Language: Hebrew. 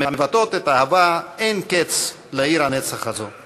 המבטאות את האהבה אין-קץ לעיר הנצח הזאת: